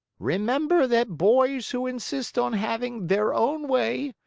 remember that boys who insist on having their own way,